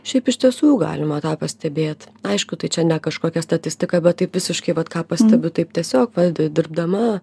šiaip iš tiesų jau galima tą pastebėt aišku tai čia ne kažkokia statistika bet taip visiškai vat ką pastebiu taip tiesiog va dirbdama